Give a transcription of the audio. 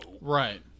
Right